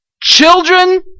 Children